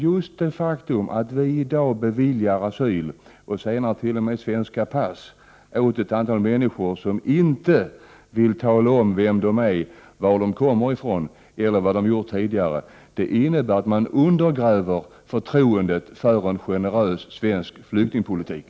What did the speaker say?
Just det faktum att vi i dag beviljar asyl och senare t.o.m. ger svenska pass till ett antal människor som inte vill tala om vilka de är, varifrån de kommer och vad de har gjort tidigare, innebär att vi undergräver förtroendet för en generös svensk flyktingpolitik.